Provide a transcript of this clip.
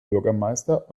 bürgermeister